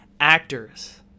actors